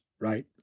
right